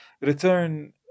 return